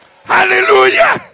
hallelujah